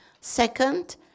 Second